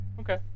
Okay